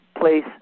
place